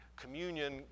communion